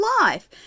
life